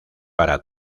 para